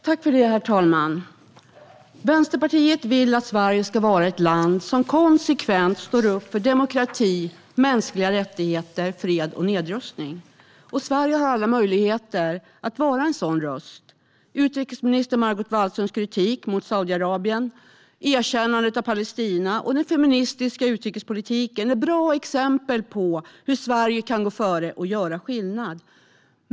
Strategisk export-kontroll 2016 - krigsmateriel och produkter med dubbla användningsområden Herr talman! Vänsterpartiet vill att Sverige ska vara ett land som konsekvent står upp för demokrati, mänskliga rättigheter, fred och nedrustning. Sverige har alla möjligheter att vara en sådan röst. Utrikesminister Margot Wallströms kritik mot Saudiarabien, erkännandet av Palestina och den feministiska utrikespolitiken är bra exempel på hur Sverige kan gå före och göra skillnad.